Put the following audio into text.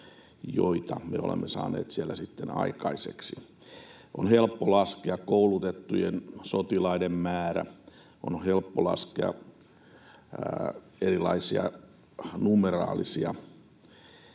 joita me olemme saaneet siellä sitten aikaiseksi. On helppo laskea koulutettujen sotilaiden määrä, on helppo laskea erilaisia numeraalisia